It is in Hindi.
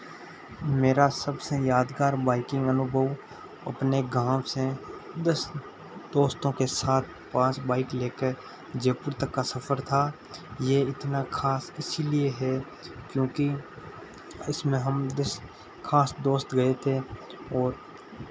मेरा सबसे यादगार बाइकिंग अनुभव अपने गाँव से दस दोस्तों के साथ पाँच बाइक ले कर जयपुर तक का सफ़र था ये इतना खास इसलिए है क्योंकि इसमें हम जिस खास दोस्त गए थे और